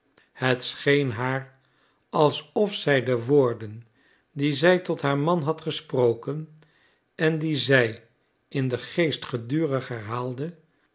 het scheen haar alsof zij de woorden die zij tot haar man had gesproken en die zij in den geest gedurig herhaalde